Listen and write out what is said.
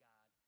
God